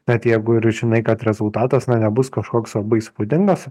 bet jeigu ir žinai kad rezultatas na nebus kažkoks labai įspūdingas